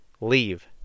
leave